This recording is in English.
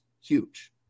huge